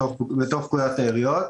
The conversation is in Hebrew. בתוך פקודת העיריות.